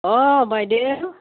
অঁ বাইদেউ